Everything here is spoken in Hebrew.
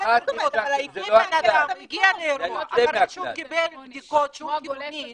בן אדם הגיע לאירוע אחרי שהוא קיבל בדיקות שהוא חיובי